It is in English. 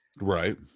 Right